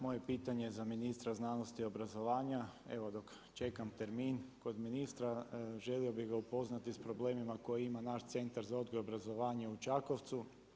Moje pitanje za ministra znanosti i obrazovanja, evo dok čekam termin kod ministra želio bih ga upoznati sa problemima koje ima naš Centar za odgoj i obrazovanje u Čakovcu.